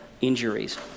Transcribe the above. injuries